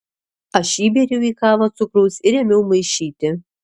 aš įbėriau į kavą cukraus ir ėmiau maišyti